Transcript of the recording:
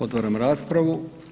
Otvaram raspravu.